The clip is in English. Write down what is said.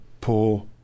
poor